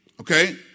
okay